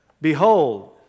behold